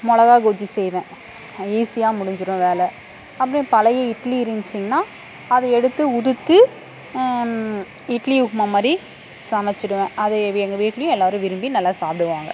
மிளகா கொஜ்ஜி செய்வேன் ஈஸியாக முடிஞ்சிடும் வேலை அப்படி பழைய இட்லி இருந்துச்சுங்கனா அதை எடுத்து உதிர்த்து இட்லி உப்புமா மாதிரி சமைச்சுடுவேன் அதை எங்கள் வீட்லேயும் எல்லோரும் விரும்பி நல்லா சாப்பிடுவாங்க